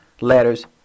letters